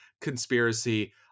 Conspiracy